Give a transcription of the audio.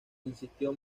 insistió